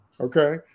Okay